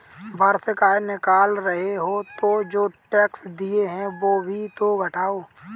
वार्षिक आय निकाल रहे हो तो जो टैक्स दिए हैं वो भी तो घटाओ